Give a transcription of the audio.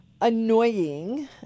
annoying